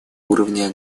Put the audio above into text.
уровня